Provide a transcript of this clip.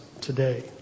today